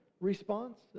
response